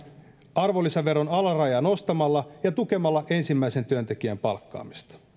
arvonlisäveron alarajaa nostamalla ja tukemalla ensimmäisen työntekijän palkkaamista